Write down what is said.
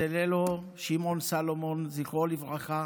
זללאו שמעון סולומון, זיכרונו לברכה,